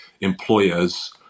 employer's